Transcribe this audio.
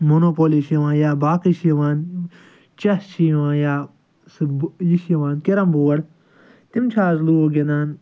monopoly چھِ یِوان یا باقٕے چھِ یِوان چیٚس چھِ یِوان یا سُہ بہٕ یہِ چھِ یِوان کٮ۪رَم بورڈ تِم چھِ آز لوٗکھ گِنٛدان